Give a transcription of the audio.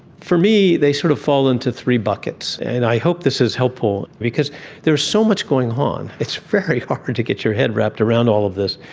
for me, they sort of fall into three buckets, and i hope this is helpful, because there is so much going on, it's very hard to get your head wrapped around all of this.